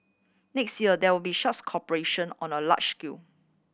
next year there will be such cooperation on a large scale